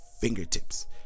fingertips